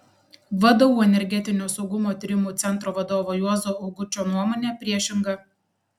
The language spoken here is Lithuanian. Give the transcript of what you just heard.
vdu energetinio saugumo tyrimų centro vadovo juozo augučio nuomonė priešinga